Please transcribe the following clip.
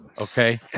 Okay